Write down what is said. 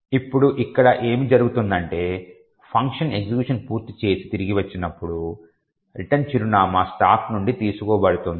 ఇప్పుడు ఇక్కడ ఏమి జరుగుతుందంటే ఫంక్షన్ ఎగ్జిక్యూషన్ పూర్తి చేసి తిరిగి వచ్చినప్పుడు రిటర్న్ చిరునామా స్టాక్ నుండి తీసుకోబడుతుంది